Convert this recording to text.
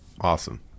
Awesome